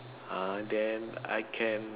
uh then I can